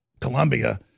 Colombia